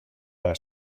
les